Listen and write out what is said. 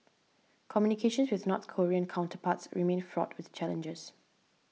communications with North Korean counterparts remain fraught with challenges